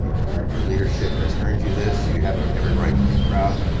your your leadership has earned you this, you have every right to be proud,